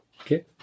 Okay